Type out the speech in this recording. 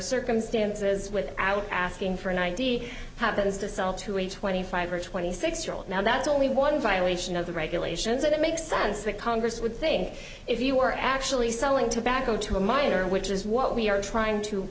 circumstances without asking for an id happens to sell to a twenty five or twenty six year old now that's only one violation of the regulations it makes sense that congress would think if you were actually selling tobacco to a minor which is what we are trying to